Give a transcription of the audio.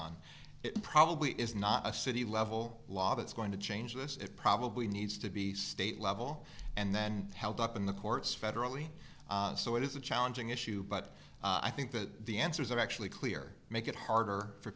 on it probably is not a city level law that's going to change this it probably needs to be state level and then held up in the courts federally so it is a challenging issue but i think that the answers are actually clear make it harder for